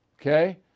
Okay